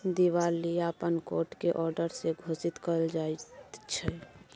दिवालियापन कोट के औडर से घोषित कएल जाइत छइ